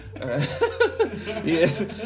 Yes